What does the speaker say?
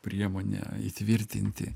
priemonė įtvirtinti